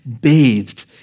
bathed